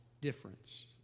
difference